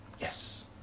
yes